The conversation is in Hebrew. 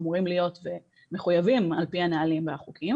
הם אמורים להיות מחוייבים על פי הנהלים והחוקים